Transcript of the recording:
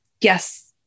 yes